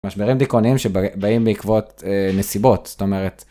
משברים דיכאוניים שבאים בעקבות נסיבות זאת אומרת.